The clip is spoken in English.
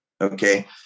Okay